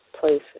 places